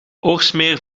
oorsmeer